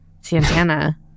Santana